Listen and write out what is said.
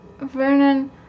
Vernon